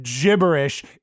gibberish